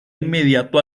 inmediato